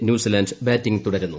New Zealand batting തുടരുന്നു